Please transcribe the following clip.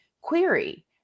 query